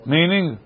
Meaning